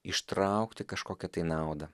ištraukti kažkokią naudą